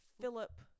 Philip